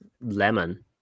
lemon